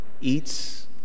eats